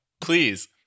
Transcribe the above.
Please